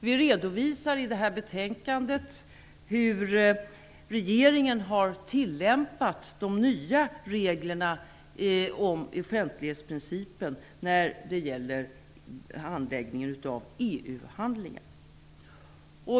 Vi redovisar i betänkandet hur regeringen har tillämpat de nya reglerna om offentlighetsprincipen när det gäller handläggningen av EU-handlingar.